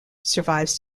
survives